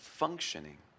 functioning